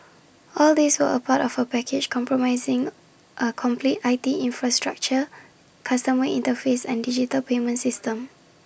all these were part of A package comprising A complete I T infrastructure customer interface and digital payment system